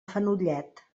fenollet